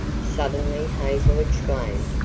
suddenly hazel exclaimed,